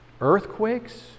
earthquakes